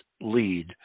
lead